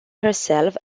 herself